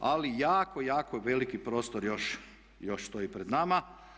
Ali jako, jako veliki prostor još stoji pred nama.